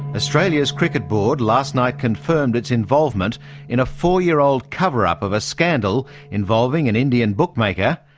australia's cricket board last night confirmed its involvement in a four year old cover-up of a scandal involving an indian bookmaker,